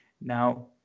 Now